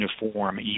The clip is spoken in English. uniform